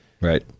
Right